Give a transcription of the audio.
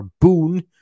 boon